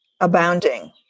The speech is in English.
abounding